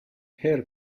hair